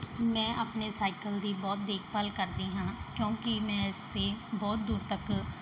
ਮੈਂ ਆਪਣੇ ਸਾਈਕਲ ਦੀ ਬਹੁਤ ਦੇਖਭਾਲ ਕਰਦੀ ਹਾਂ ਕਿਉਂਕਿ ਮੈਂ ਇਸ 'ਤੇ ਬਹੁਤ ਦੂਰ ਤੱਕ